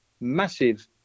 massive